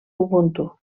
ubuntu